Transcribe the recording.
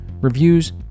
Reviews